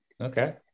Okay